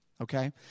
Okay